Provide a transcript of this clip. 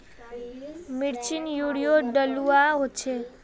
मिर्चान यूरिया डलुआ होचे?